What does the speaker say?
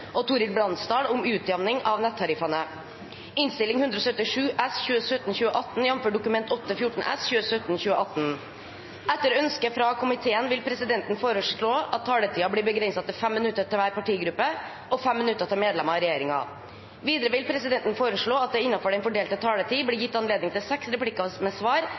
og miljøkomiteen vil presidenten foreslå at taletiden blir begrenset til 5 minutter til hver partigruppe og 5 minutter til medlemmer av regjeringen. Videre vil presidenten foreslå at det – innenfor den fordelte taletid – blir gitt anledning til seks replikker med svar